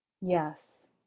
Yes